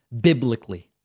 biblically